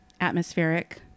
atmospheric